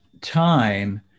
time